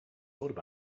thought